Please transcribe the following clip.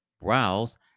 browse